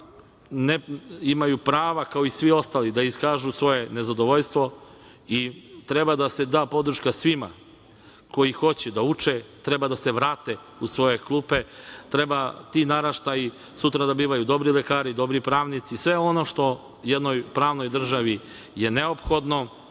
Oni imaju prava kao i svi ostali da iskažu svoje nezadovoljstvo. Treba da se da podrška svima koji hoće da uče, treba da se vrate u svoje klupe, treba ti naraštaji sutra da budu dobri lekari, dobri pravnici, sve ono što jednoj pravnoj državi je neophodno. Dolazim